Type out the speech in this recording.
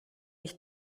ich